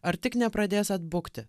ar tik nepradės atbukti